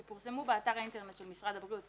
שפורסמו באתר האינטרנט של משרד הבריאות,